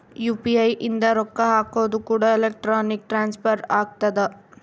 UPI ಇಂದ ರೊಕ್ಕ ಹಕೋದು ಕೂಡ ಎಲೆಕ್ಟ್ರಾನಿಕ್ ಟ್ರಾನ್ಸ್ಫರ್ ಆಗ್ತದ